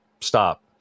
stop